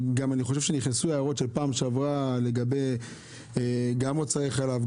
אני חושב שנכנסו הערות של פעם שעברה גם לגבי מוצרי חלב,